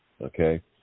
Okay